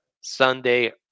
sunday